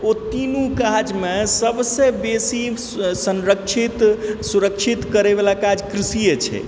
ओ तीनू काजमे सभसँ बेशी संरक्षित सुरक्षित करैबला काज कृषिए छै